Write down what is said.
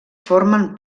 formen